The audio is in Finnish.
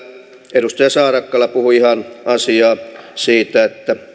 edustaja saarakkala puhui ihan asiaa siitä että